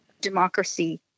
democracy